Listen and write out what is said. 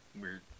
weird